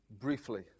briefly